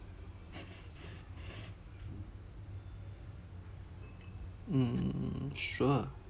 mm sure